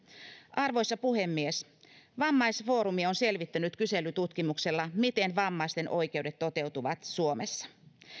arvoisa puhemies vammaisfoorumi on selvittänyt kyselytutkimuksella miten vammaisten oikeudet toteutuvat suomessa